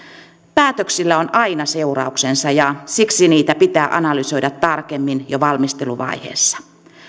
päätöksillä on aina seurauksensa ja siksi niitä pitää analysoida tarkemmin jo valmisteluvaiheessa